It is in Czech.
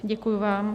Děkuji vám.